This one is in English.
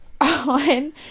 on